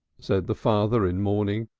said the father in mourning.